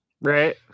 Right